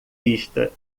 pista